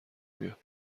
بیاد